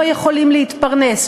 לא יכולים להתפרנס,